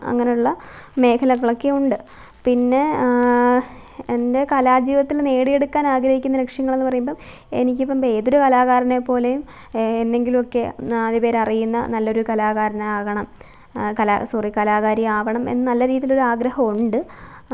അങ്ങനെയുള്ള മേഖലകളൊക്കെ ഉണ്ട് പിന്നെ എന്റെ കലാ ജീവിതത്തില് നേടിയെടുക്കാന് ആഗ്രഹിക്കുന്ന ലക്ഷ്യങ്ങളെന്നു പറയുമ്പോള് എനിക്കിപ്പോള് ഏതൊരു കലാകാരനെ പോലെയും എന്നെങ്കിലുമൊക്കെ നാലു പേരറിയുന്ന നല്ലൊരു കലാകാരനാകണം സോറി കലാകാരിയാകണം എന്ന നല്ല രീതിയിലുള്ള ഒരാഗ്രഹമുണ്ട്